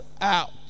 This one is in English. out